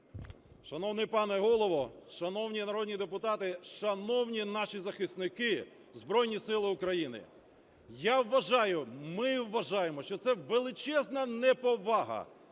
Шановний пане Голово, шановні народні депутати, шановні наші захисники, Збройні Сили України! Я вважаю, ми вважаємо, що це величезна неповага